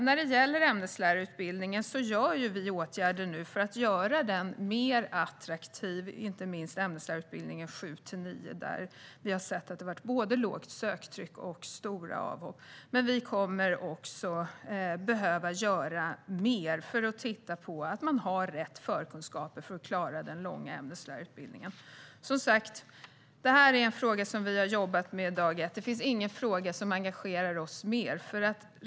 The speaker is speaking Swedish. När det gäller ämneslärarutbildningen vidtar vi nu åtgärder för att göra den mer attraktiv, inte minst ämneslärarutbildningen för årskurs 7-9, där vi har sett både ett lågt söktryck och många avhopp. Vi kommer också att behöva göra mer för att titta på att man har rätt förkunskaper för att klara den långa ämneslärarutbildningen. Som sagt: Detta är en fråga som vi har jobbat med sedan dag ett. Det finns ingen fråga som engagerar oss mer.